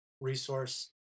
resource